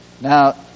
Now